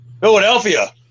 Philadelphia